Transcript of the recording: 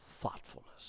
thoughtfulness